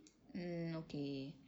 mm okay